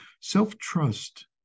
self-trust